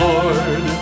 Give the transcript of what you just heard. Lord